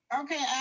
Okay